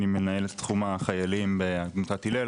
אני מנהל את תחום החיילים בעמותת הלל,